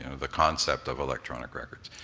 you know the concept of electronic records.